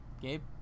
Gabe